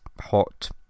Hot